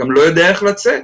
גם לא יודע איך לצאת.